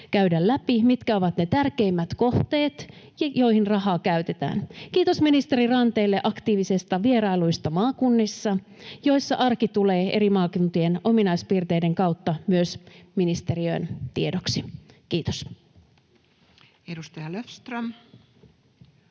käydä läpi, mitkä ovat ne tärkeimmät kohteet, joihin rahaa käytetään. Kiitos ministeri Ranteelle aktiivisista vierailuista maakunnissa, joissa arki tulee eri maakuntien ominaispiirteiden kautta myös ministeriöön tiedoksi. — Kiitos. [Speech 508]